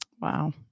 Wow